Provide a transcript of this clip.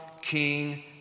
King